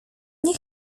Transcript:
nie